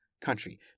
country